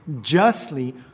justly